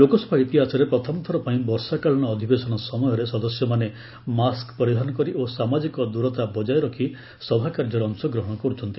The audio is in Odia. ଲୋକସଭା ଇତିହାସରେ ପ୍ରଥମଥର ପାଇଁ ବର୍ଷାକାଳୀନ ଅଧିବେସନ ସମୟରେ ସଦସ୍ୟମାନେ ମାସ୍କ ପରିଧାନ କରି ଓ ସାମାଜିକ ଦୂରତା ବଜାୟ ରଖି ସଭାକାର୍ଯ୍ୟରେ ଅଂଶଗ୍ରହଣ କରୁଛନ୍ତି